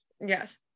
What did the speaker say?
Yes